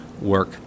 work